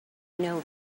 know